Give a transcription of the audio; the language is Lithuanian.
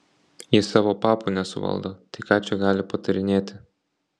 ji savo papų nesuvaldo tai ką čia gali patarinėti